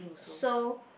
so